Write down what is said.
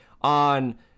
on